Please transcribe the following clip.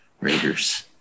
Raiders